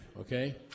okay